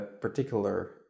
particular